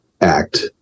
act